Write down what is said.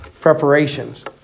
preparations